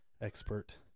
Expert